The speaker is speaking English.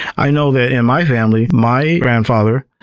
i know that in my family my grandfather,